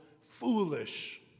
foolish